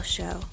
Show